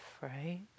right